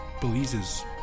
Belize's